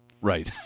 Right